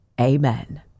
Amen